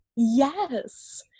Yes